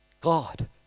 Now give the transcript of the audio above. God